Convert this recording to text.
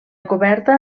coberta